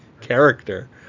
character